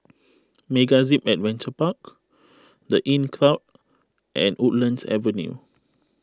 MegaZip Adventure Park the Inncrowd and Woodlands Avenue